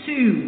Two